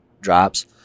drops